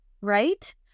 right